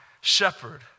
shepherd